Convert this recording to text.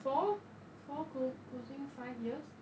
four four closi~ closing five year